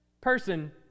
person